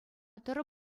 тӑрӑ